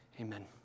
Amen